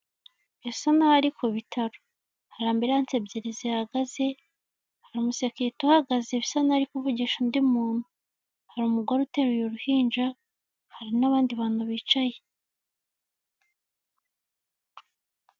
Bisa nk'aho ari kubitaro hari ambilanse ebyiri zihagaze umusekirite uhagaze bisa nk'aho ari kuvugisha undi umuntu hari umugore uteruye uruhinja hari n'abandi bantu bicaye.